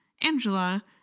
Angela